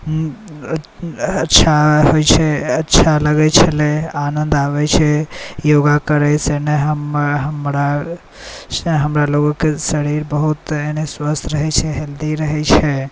अच्छा होइत छै अच्छा लगैत छलै आनन्द अबैत छै योगा करयसँ ने हमरा लोगके शरीर बहुत स्वस्थ्य रहैत छै हेल्दी रहैत छै